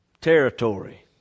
territory